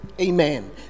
amen